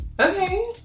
Okay